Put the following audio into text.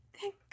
Thank